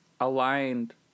aligned